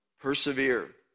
Persevere